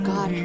God